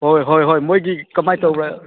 ꯍꯣꯏ ꯍꯣꯏ ꯍꯣꯏ ꯃꯣꯏꯒꯤ ꯀꯃꯥꯏ ꯇꯧꯕ꯭ꯔꯥ